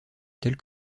tel